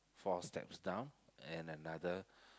four steps down and another